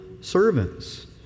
servants